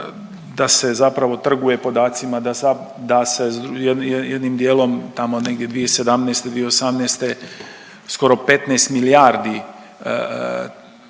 da se zapravo trguje podacima, da se jednim dijelom tamo negdje 2017.-2018. skoro 15 milijardi